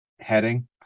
heading